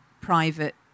Private